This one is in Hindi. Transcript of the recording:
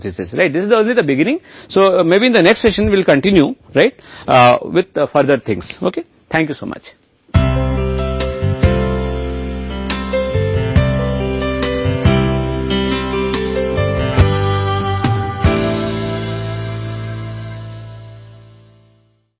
यह केवल शुरुआत है इसलिए हम अगले भाग में आगे चीजों के साथ जारी रखें बहुत बहुत धन्यवाद